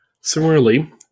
Similarly